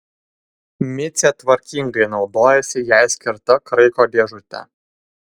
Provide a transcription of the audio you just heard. micė tvarkingai naudojasi jai skirta kraiko dėžute